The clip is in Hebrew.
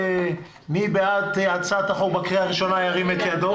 מי בעד הצעת החוק בקריאה ראשונה ירים את ידו?